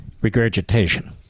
Regurgitation